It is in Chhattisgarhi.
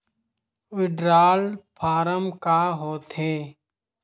विड्राल फारम का होथेय